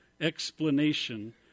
explanation